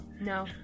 no